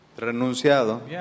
renunciado